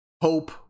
hope